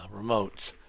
remotes